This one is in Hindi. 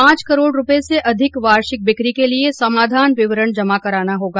पांच करोड़ रुपये से अधिक वार्षिक बिक्री के लिये समाधान विवरण जमा कराना होगा